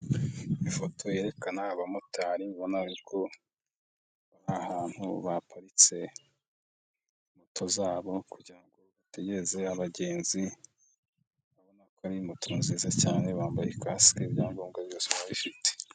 Ifoto yerekana aba motari ubona y'uko ari ahantu baparitse, moto zabo kugira ngo bategereze abagenzi. Urabona ko ari moto nziza cyane bambaye ikasike ibyangombwa byose barabifite.